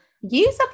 Use